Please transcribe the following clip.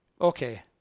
Okay